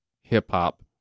hip-hop